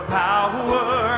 power